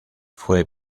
fue